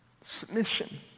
Submission